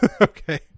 Okay